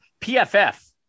PFF